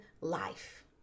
life